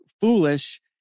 foolish